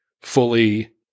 fully